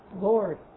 Lord